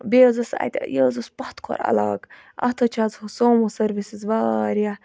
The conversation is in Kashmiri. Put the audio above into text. بییٚہِ حظ ٲسۍ اَتہِ یہِ حظ اوس پَتھ کھور عَلاقہ اَتھ حظ چھُ آز سومو سٔروِسِز واریاہ